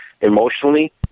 emotionally